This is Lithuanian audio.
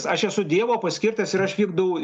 aš esu dievo paskirtas ir aš vykdau